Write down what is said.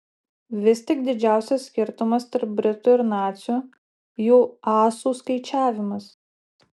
vis tik didžiausias skirtumas tarp britų ir nacių jų asų skaičiavimas